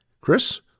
Chris